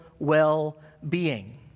well-being